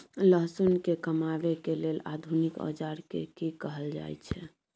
लहसुन के कमाबै के लेल आधुनिक औजार के कि कहल जाय छै?